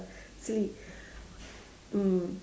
silly mm